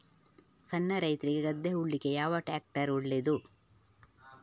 ಸಣ್ಣ ರೈತ್ರಿಗೆ ಗದ್ದೆ ಉಳ್ಳಿಕೆ ಯಾವ ಟ್ರ್ಯಾಕ್ಟರ್ ಒಳ್ಳೆದು?